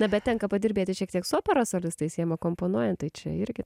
na bet tenka padirbėti šiek tiek su operos solistais jiems komponuojant tai čia irgi